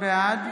בעד